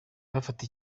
bafata